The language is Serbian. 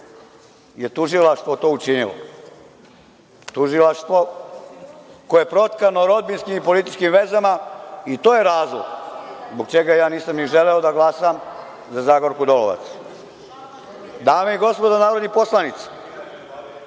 eto tužilaštvo je to učinilo, tužilaštvo koje je protkano rodbinskim i političkim vezama, i to je razlog zbog čega ja nisam ni želeo da glasam za Zagorku Dolovac. Dame i gospodo narodni poslanici,